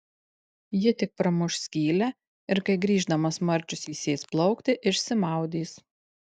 ji tik pramuš skylę ir kai grįždamas marčius įsės plaukti išsimaudys